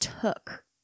took